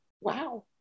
wow